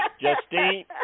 Justine